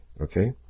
Okay